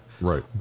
Right